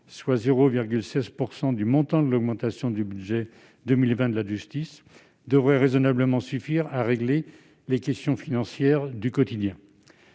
soit 0,16 % du montant de l'augmentation du budget de la justice en 2020, devrait raisonnablement suffire à régler les questions financières du quotidien.